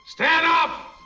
stand up!